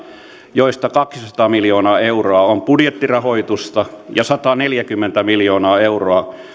joista kaksisataa miljoonaa euroa on budjettirahoitusta ja sataneljäkymmentä miljoonaa euroa